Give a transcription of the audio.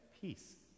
Peace